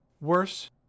Worse